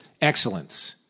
excellence